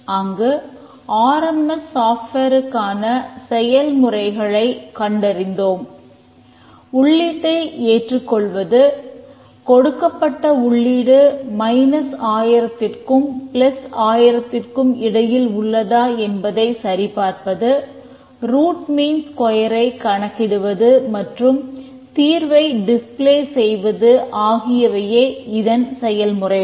அங்கு R M S சாஃப்ட்வேருக்கான செய்வது ஆகியவையே அந்த செயல்முறைகள்